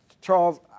Charles